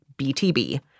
btb